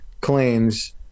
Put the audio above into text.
claims